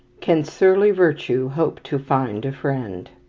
can surly virtue hope to find a friend?